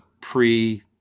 pre-